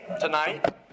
tonight